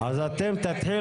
ואתה לא נותן